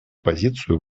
позицию